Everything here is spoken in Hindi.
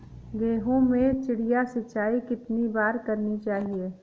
गेहूँ में चिड़िया सिंचाई कितनी बार करनी चाहिए?